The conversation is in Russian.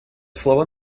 слово